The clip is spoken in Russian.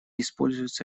используется